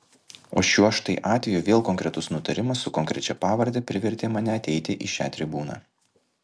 o šiuo štai atveju vėl konkretus nutarimas su konkrečia pavarde privertė mane ateiti į šią tribūną